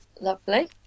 Lovely